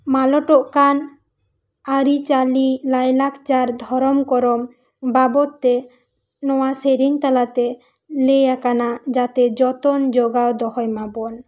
ᱢᱟᱞᱚᱴᱚᱜ ᱠᱟᱱ ᱟᱹᱨᱤ ᱪᱟᱹᱞᱤ ᱞᱟᱹᱭ ᱞᱟᱠᱪᱟᱨ ᱫᱷᱚᱨᱚᱢ ᱠᱚᱨᱚᱢ ᱵᱟᱵᱚᱛ ᱛᱮ ᱱᱚᱣᱟ ᱥᱮᱨᱮᱧ ᱛᱟᱞᱟ ᱛᱮ ᱞᱟᱹᱭ ᱟᱠᱟᱱᱟ ᱡᱟᱛᱮ ᱡᱚᱛᱚᱱ ᱡᱚᱜᱟᱣ ᱫᱚᱦᱚᱭ ᱢᱟᱵᱚᱱ